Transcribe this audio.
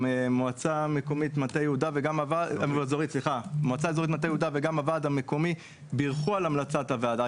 גם המועצה האזורית מטה יהודה וגם הוועד המקומי ברכו על המלצת הוועדה,